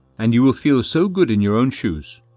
and you will feel so good in your own shoes.